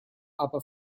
aber